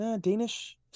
Danish